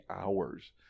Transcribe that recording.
hours